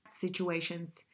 situations